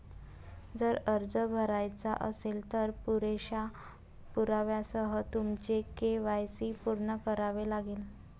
जर अर्ज भरायचा असेल, तर पुरेशा पुराव्यासह तुमचे के.वाय.सी पूर्ण करावे लागेल